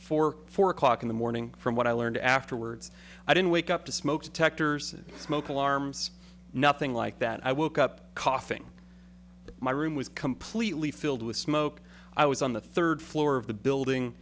four four o'clock in the morning from what i learned afterwards i didn't wake up to smoke detectors smoke alarms nothing like that i woke up coughing my room was completely filled with smoke i was on the third floor of the building